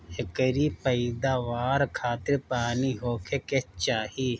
एकरी पैदवार खातिर पानी होखे के चाही